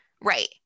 right